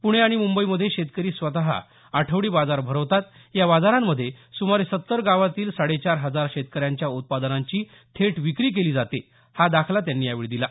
पुणे आणि मुंबईमध्ये शेतकरी स्वतः आठवडी बाजार भरवतात या बाजारांमध्ये सुमारे सत्तर गावांमधील साडेचार हजार शेतकऱ्यांच्या उत्पादनांची थेट विक्री केली जाते हा दाखला त्यांनी यावेळी दिला